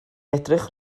edrych